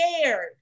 scared